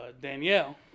Danielle